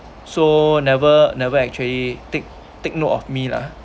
so never never actually take take note of me lah